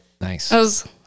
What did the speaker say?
Nice